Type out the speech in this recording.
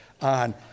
on